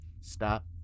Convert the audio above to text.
Stop